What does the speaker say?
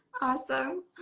awesome